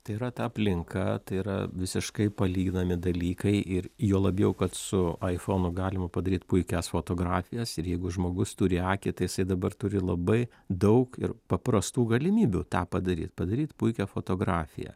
tai yra ta aplinka tai yra visiškai palyginami dalykai ir juo labiau kad su aifonu galima padaryt puikias fotografijas ir jeigu žmogus turi akį tai jisai dabar turi labai daug ir paprastų galimybių tą padaryt padaryt puikią fotografiją